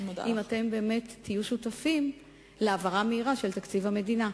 אם אתם תהיו שותפים להעברה מהירה של תקציב המדינה.